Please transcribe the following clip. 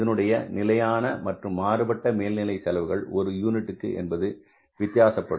இதனுடைய நிலையான மற்றும் மாறுபட்ட மேல்நிலை செலவுகள் ஒரு யூனிட்டுக்கு என்பது வித்தியாசப்படும்